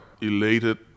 elated